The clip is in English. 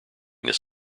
this